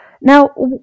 Now